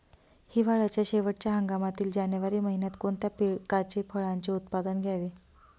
हिवाळ्याच्या शेवटच्या हंगामातील जानेवारी महिन्यात कोणत्या पिकाचे, फळांचे उत्पादन घ्यावे?